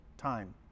time